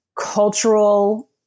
cultural